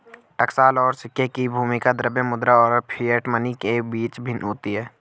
टकसाल और सिक्के की भूमिका द्रव्य मुद्रा और फिएट मनी के बीच भिन्न होती है